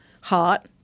heart